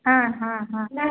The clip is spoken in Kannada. ಹಾಂ ಹಾಂ ಹಾಂ